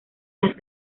las